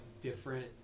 different